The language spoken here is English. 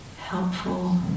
helpful